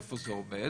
איפה זה עומד?